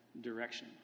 direction